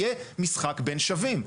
נהיה משחק בין שווים.